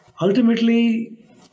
Ultimately